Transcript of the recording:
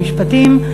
במשפטים,